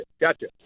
Gotcha